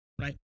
right